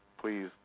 please